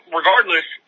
regardless